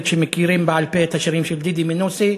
שמכירים בעל-פה את השירים של דידי מנוסי.